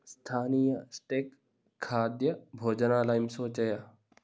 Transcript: स्थानीय स्टेक् खाद्यभोजनालयं सूचय